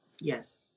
Yes